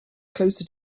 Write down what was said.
closer